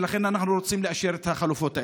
ולכן אנחנו רוצים לאשר את החלופות האלה.